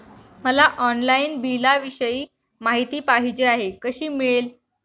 मला ऑनलाईन बिलाविषयी माहिती पाहिजे आहे, कशी मिळेल?